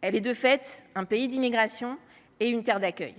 Elle est de fait un pays d’immigration et une terre d’accueil :